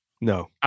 No